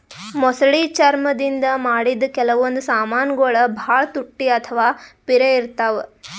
ಮೊಸಳಿ ಚರ್ಮ್ ದಿಂದ್ ಮಾಡಿದ್ದ್ ಕೆಲವೊಂದ್ ಸಮಾನ್ಗೊಳ್ ಭಾಳ್ ತುಟ್ಟಿ ಅಥವಾ ಪಿರೆ ಇರ್ತವ್